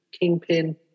Kingpin